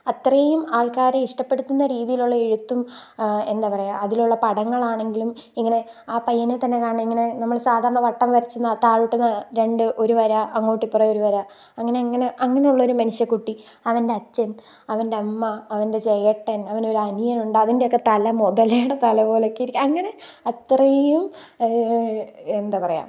അത്രയും ആൾക്കാരെ ഇഷ്ടപ്പെടുത്തുന്ന രീതിയിലുള്ള എഴുത്തും എന്താ പറയുക അതിലുള്ള പടങ്ങളാണെങ്കിലും ഇങ്ങനെ ആ പയ്യനെത്തന്നെ കാണണം ഇങ്ങനെ നമ്മൾ സാധാരണ വട്ടം വരച്ച് താഴോട്ട് രണ്ട് ഒരു വര അങ്ങോട്ട് ഇപ്പറെ ഒരു വര അങ്ങനെയങ്ങനെ അങ്ങനെയുള്ളൊരു മനുഷ്യക്കുട്ടി അവന്റെ അച്ഛൻ അവൻ്റ അമ്മ അവൻ്റെ ചേട്ടൻ അവനൊരു അനിയനുണ്ട് അതിൻ്റെയൊക്കെ തല മുതലയുടെ തല പോലെയൊക്കെയിരിക്കും അങ്ങനെ അത്രയും എന്താ പറയുക